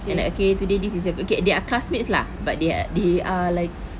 say like okay today this is your group okay they are classmates lah but they are they are like